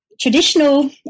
traditional